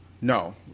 No